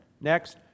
Next